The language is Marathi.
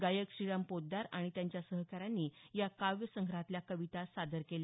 गायक श्रीराम पोतदार आणि त्यांच्या सहकाऱ्यांनी या काव्यसंग्रहातल्या कविता सादर केल्या